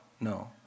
No